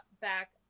back